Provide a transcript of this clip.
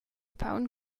paun